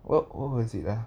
what what was it ah